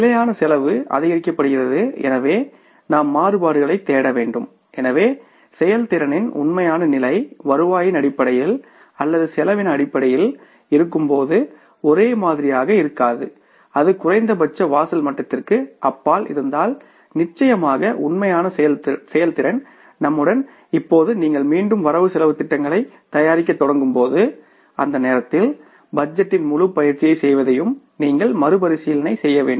நிலையான செலவு அதிகரிக்கப்படுகிறது எனவே நாம் மாறுபாடுகளைத் தேட வேண்டும் எனவே செயல்திறனின் உண்மையான நிலை வருவாயின் அடிப்படையில் அல்லது செலவின் அடிப்படையில் இருக்கும்போது ஒரே மாதிரியாக இருக்காது அது குறைந்தபட்ச வாசல் மட்டத்திற்கு அப்பால் இருந்தால் நிச்சயமாக உண்மையான செயல்திறன் நம்முடன் இப்போது நீங்கள் மீண்டும் வரவு செலவுத் திட்டங்களைத் தயாரிக்கத் தொடங்கும் போது அந்த நேரத்தில் பட்ஜெட்டின் முழுப் பயிற்சியை செய்வதையும் நீங்கள் மறுபரிசீலனை செய்ய வேண்டும்